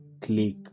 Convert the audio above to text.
click